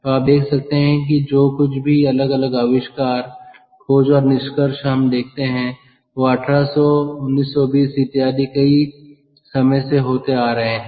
तो आप देख सकते हैं कि जो कुछ भी अलग अलग आविष्कार खोज और निष्कर्ष हम देखते हैं वह 1800 1920 इत्यादि कई समय से होते आ रहे हैं